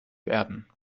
werden